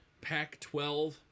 Pac-12